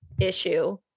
issue